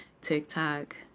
TikTok